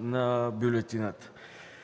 на бюлетината.